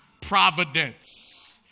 Providence